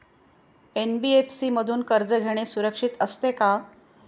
NBFC मधून कर्ज घेणे सुरक्षित असते का?